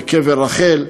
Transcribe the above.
בקבר רחל,